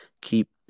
keep